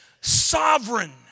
sovereign